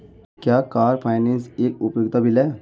क्या car finance एक उपयोगिता बिल है?